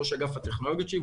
ראש אגף הטכנולוגיות שלי.